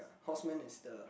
horseman is the